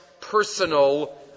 personal